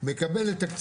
מקבלת,